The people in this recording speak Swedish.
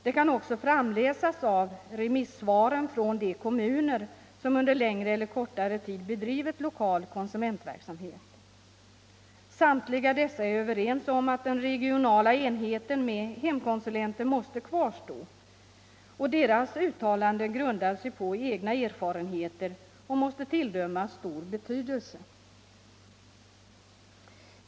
Det kan också framläsas av remissvaren från de kommuner som under längre eller kortare tid bedrivit lokal konsumentverksamhet. Samtliga dessa är överens om att den regionala enheten med hemkonsulenter måste kvarstå. Deras uttalande grundar sig på egna erfarenheter och måste tilldömas stor betydelse.